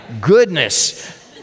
goodness